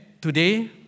today